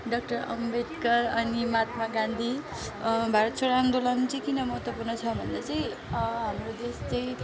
doctor Ambedkar अनि महात्मा गान्धी भारत छोडो आन्दोलन चाहिँ किन महत्त्वपूर्ण छ भन्दा चाहिँ हाम्रो देश चाहिँ